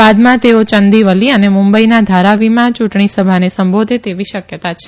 બાદમાં તેઓ ચંદીવલી અને મુંબઇના ધારાવીમાં યુંટણી સભાને સંબોધે તેવી શકયતા છે